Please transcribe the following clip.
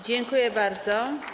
Dziękuję bardzo.